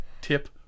tip